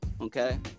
Okay